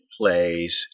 plays